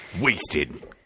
Wasted